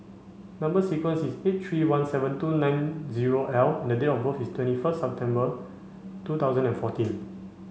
number sequence is S eight three one seven two nine zero L and date of birth is twenty first September two thousand and fourteen